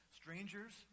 strangers